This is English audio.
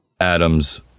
Adams